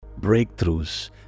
breakthroughs